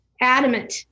adamant